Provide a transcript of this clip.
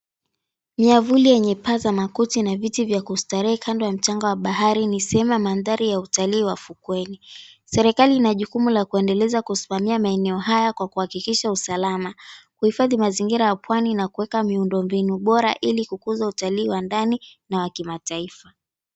Miavuli yenye paa za makuti na viti vya kustarehe kando ya mchanga wa bahari ni sehemu ya mandhari ya utalii wa fukweni .Serikali inajukumu la kuendeleza kusimamia maeneo haya kwa kuhakikisha usalama. Kuhifadhi mazingira ya pwani na kueka miundo mbinu bora ila kukuza utalii wa ndani na wa kimataifa.